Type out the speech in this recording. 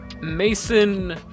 Mason